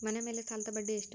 ಮನೆ ಮೇಲೆ ಸಾಲದ ಬಡ್ಡಿ ಎಷ್ಟು?